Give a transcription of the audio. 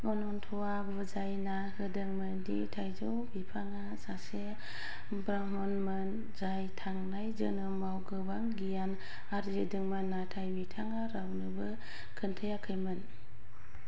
अनन्थआ बुजायना होदोंमोन दि थाइजौ बिफांआ सासे ब्राह्मनमोन जाय थांनाय जोनोमाव गोबां गियान आरजिदोंमोन नाथाय बिथाङा रावनोबो खोनथायाखैमोन